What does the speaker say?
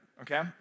Okay